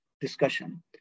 discussion